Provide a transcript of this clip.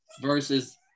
versus